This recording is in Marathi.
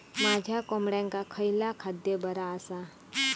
माझ्या कोंबड्यांका खयला खाद्य बरा आसा?